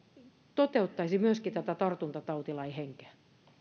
toteuttaisi myöskin tätä tartuntatautilain henkeä